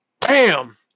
Bam